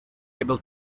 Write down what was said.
able